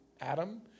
Adam